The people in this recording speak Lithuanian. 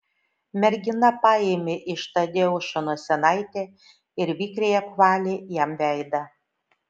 mergina paėmė iš tadeušo nosinaitę ir vikriai apvalė jam veidą